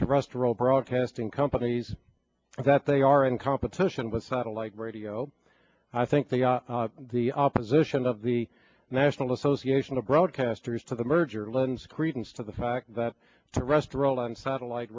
to rust or old broadcasting companies that they are in competition with satellite radio i think that the opposition of the national association of broadcasters to the merger lends credence to the fact that to rest role on satellite